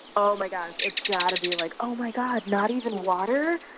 oh, my gosh. it's got to be, like, oh my god, not even water?